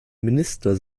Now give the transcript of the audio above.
minister